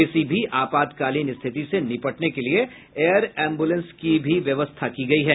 किसी भी आपातकालीन स्थिति से निपटने के लिये एयर एम्बुलेंस की भी व्यवस्था की गयी है